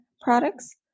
products